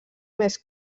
més